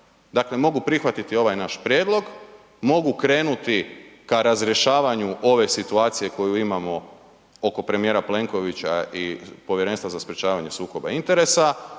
dakle mogu prihvatiti ovaj naš prijedlog, mogu krenuti ka razrješavanju ove situacije koju imamo oko premijera Plenkovića i Povjerenstva za sprječavanje sukoba interesa,